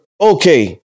okay